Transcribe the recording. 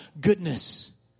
goodness